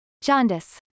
Jaundice